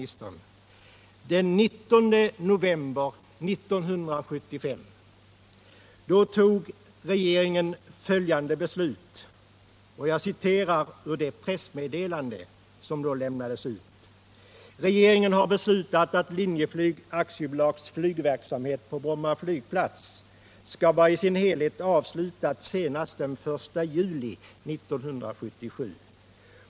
Men den 19 november 1975 fattade = regeringen följande beslut enligt det pressmeddelande som då lämnades = Flygplatsfrågan i ut: Stockholmsregio ”Regeringen har beslutat att Linjeflyg AB:s flygverksamhet på Bromma nen flygplats skall vara i sin helhet avslutad senast den 1 juli 1977.